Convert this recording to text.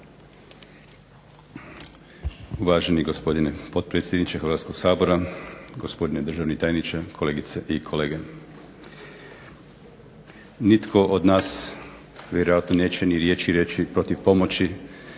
Uvaženi gospodine potpredsjedniče Hrvatskog sabora, gospodine državni tajniče, kolegice i kolege. Nitko od nas vjerojatno neće ni riječi reći protiv pomoći